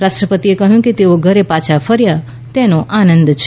રાષ્ટ્રપતિએ કહ્યું કે તેઓ ઘરે પાછા ફર્યા તેનો આનંદ છે